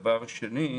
שנית,